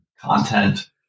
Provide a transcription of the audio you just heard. content